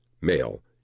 Male